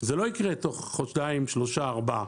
זה לא יקרה תוך חודשיים, שלושה, ארבעה.